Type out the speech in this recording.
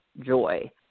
joy